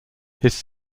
his